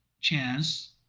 chance